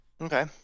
Okay